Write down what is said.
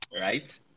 right